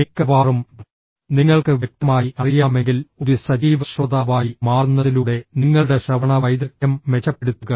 മിക്കവാറും നിങ്ങൾക്ക് വ്യക്തമായി അറിയാമെങ്കിൽ ഒരു സജീവ ശ്രോതാവായി മാറുന്നതിലൂടെ നിങ്ങളുടെ ശ്രവണ വൈദഗ്ദ്ധ്യം മെച്ചപ്പെടുത്തുക